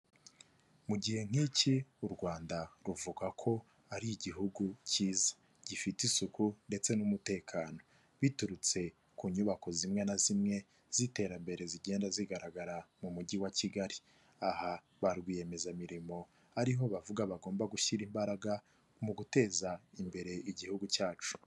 Mu gihe nk'iki u Rwanda ruvuga ko ari igihugu kiza gifite isuku ndetse n'umutekano, biturutse ku nyubako zimwe na zimwe z'iterambere zigenda zigaragara mu mujyi wa Kigali, aha ba rwiyemezamirimo ariho bavuga bagomba gushyira imbaraga mu guteza imbere igihugu cyacu.